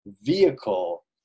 vehicle